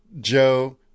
Joe